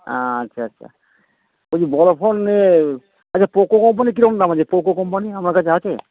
অ্যাঁ আচ্ছা আচ্ছা বলছি বড়ো ফোনে আচ্ছা পোকো কম্পানি কিরকম দাম আছে পোকো কম্পানি আপনার কাছে আছে